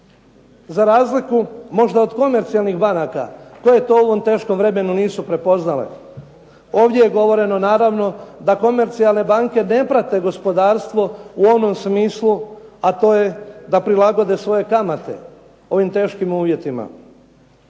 za razliku možda od komercijalnih banaka koje to u ovom teškom vremenu nisu prepoznale. Ovdje je govoreno naravno da komercijalne banke ne prate gospodarstvo u onom smislu a to je da prilagode svoje kamate ovim teškim uvjetima.